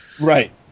Right